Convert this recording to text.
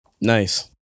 Nice